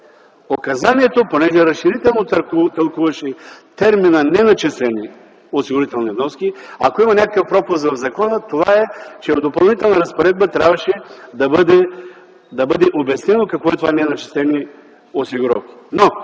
понеже тълкуваше разширително термина „неначислени осигурителни вноски”. Ако има някакъв пропуск в закона, това е, че в Допълнителна разпоредба трябваше да бъде обяснено какво е това „неначислени осигуровки”.